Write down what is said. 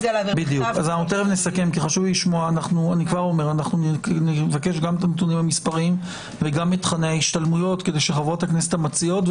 תוכנית ההכשרות ותוכנית מהשתלמויות מורכבת הן מהשתלמויות שנתיות,